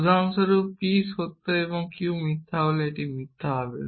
উদাহরণস্বরূপ p সত্য এবং q মিথ্যা হলে এটি মিথ্যা হবে